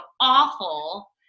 awful